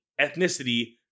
ethnicity